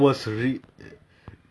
oh my god I love badminton